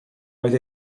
oedd